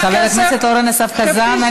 חבר הכנסת אורן אסף חזן,